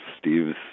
Steve's